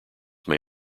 may